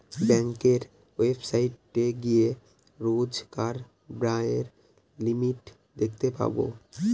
ব্যাঙ্কের ওয়েবসাইটে গিয়ে রোজকার ব্যায়ের লিমিট দেখতে পাবো